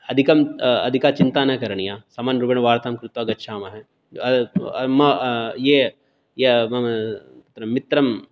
अधिकं अधिका चिन्ता न करणीया सामानरूपेण वार्तां कृत्वा गच्छामः ये मम मित्रं